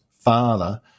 father